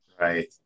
Right